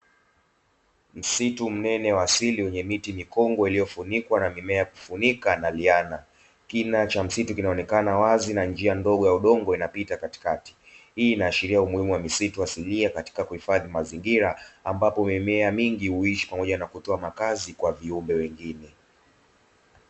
Msitu mnene wa asili wenye miti mikongwe iliyofunikwa na mimea kufunika naliana, kina cha msitu kinaonekana wazi na njia ndogo ya udongo inapita katikati. Hii inaashiria umuhimu wa misitu asilia katika kuhifadhi mazingira ambapo mimea mingi huishi pamoja na kutoa makazi kwa viumbe wengine.